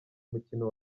mukino